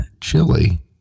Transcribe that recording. chili